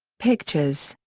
pictures.